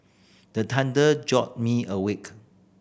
the thunder jolt me awake